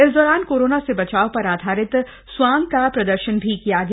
इस दौरान कोरोना से बचाव पर आधारित स्वांग का प्रदर्शन भी किया गया